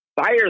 Fire